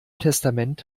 testament